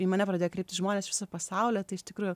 į mane pradėjo kreiptis žmonės iš viso pasaulio tai iš tikrųjų